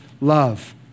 love